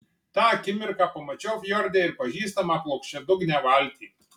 tą akimirką pamačiau fjorde ir pažįstamą plokščiadugnę valtį